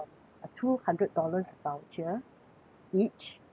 a two hundred dollars voucher each